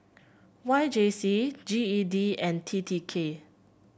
Y J C G E D and T T K